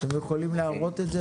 אתם יכולים להראות את זה